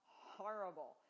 horrible